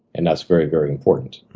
and that's very, very important,